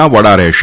ના વડા રહેશે